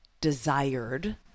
desired